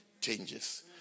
Changes